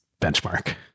benchmark